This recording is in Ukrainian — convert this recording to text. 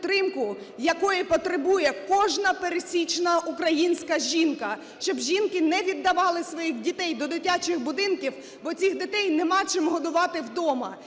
якої потребує кожна пересічна українська жінка, щоб жінки не віддавали своїх дітей до дитячих будинків, бо цих дітей немає чим годувати вдома.